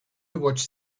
watched